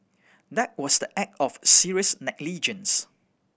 that was the act of serious negligence